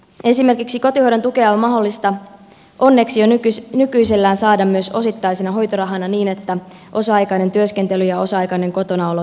esimerkiksi kotihoidon tukea on mahdollista onneksi jo nykyisellään saada myös osittaisena hoitorahana niin että osa aikainen työskentely ja osa aikainen kotonaolo yhdistyvät